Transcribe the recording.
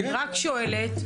רק שואלת,